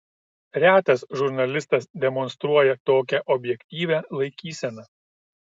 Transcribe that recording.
retas žurnalistas demonstruoja tokią objektyvią laikyseną